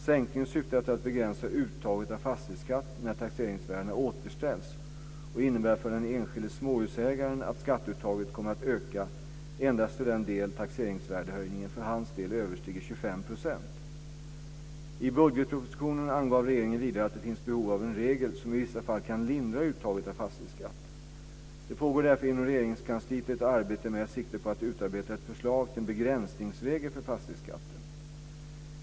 Sänkningen syftar till att begränsa uttaget av fastighetsskatt när taxeringsvärdena återställs och innebär för den enskilde småhusägaren att skatteuttaget kommer att öka endast till den del taxeringsvärdehöjningen för hans del överstiger 25 %. I budgetpropositionen angav regeringen vidare att det finns behov av en regel som i vissa fall kan lindra uttaget av fastighetsskatt. Det pågår därför inom Regeringskansliet ett arbete med sikte på att utarbeta ett förslag till en begränsningsregel för fastighetsskatten.